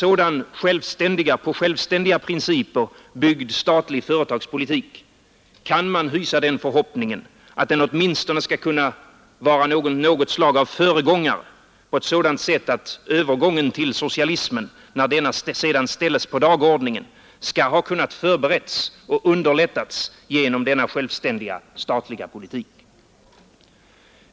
Och till en sådan på självständiga principer byggd statlig företagspolitik kan man knyta den förhoppningen att den åtminstone skall kunna vara något slag av föregångare på det sättet att övergången till socialism, när denna sedan kommer på dagordningen, skall ha kunnat förberedas och underlättas genom denna självständiga statliga politik.